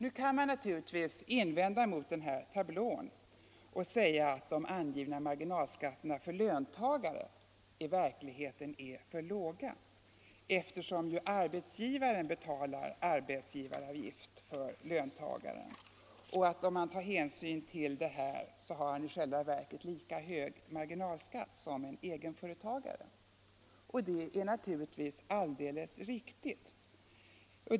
Nu kan man naturligtvis mot denna tablå invända att de angivna marginalskatterna för löntagare i verkligheten är för låga, eftersom arbetsgivaren betalar arbetsgivaravgift för löntagaren och att denne - om man tar hänsyn till detta — i själva verket har lika hög marginalskatt som en egenföretagare. Det är naturligtvis alldeles riktigt.